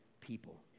people